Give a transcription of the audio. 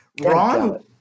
Ron